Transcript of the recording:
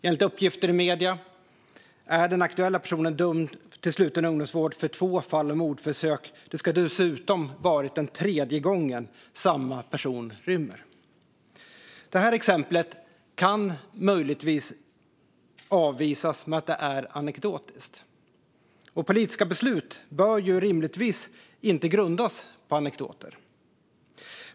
Enligt uppgifter i medierna är den aktuella personen dömd till sluten ungdomsvård för två fall av mordförsök, och detta ska dessutom ha varit den tredje gången personen rymde. Det här exemplet kan möjligtvis avvisas med att det är anekdotiskt. Politiska beslut bör rimligtvis inte grundas på anekdoter.